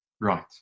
Right